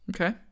Okay